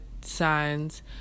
signs